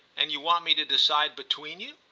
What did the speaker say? and you want me to decide between you?